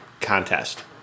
contest